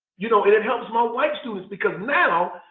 you know it it helps my white students because now,